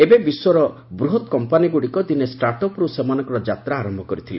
ଏବେ ବିଶ୍ୱର ବୃହତ୍ କମ୍ପାନୀ ଗୁଡ଼ିକ ଦିନେ ଷ୍ଟାଟ୍ ଅପ୍ରୁ ସେମାନଙ୍କର ଯାତ୍ରା ଆରୟ କରିଥିଲେ